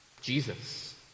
jesus